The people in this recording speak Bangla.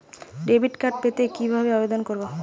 ডেবিট কার্ড পেতে কি ভাবে আবেদন করব?